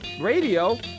radio